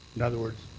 in other words,